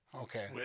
Okay